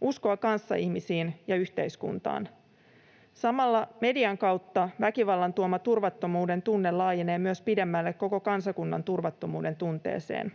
uskoa kanssaihmisiin ja yhteiskuntaan. Samalla väkivallan median kautta tuoma turvattomuuden tunne laajenee myös pidemmälle koko kansakunnan turvattomuuden tunteeseen.